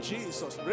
Jesus